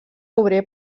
obrer